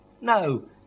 no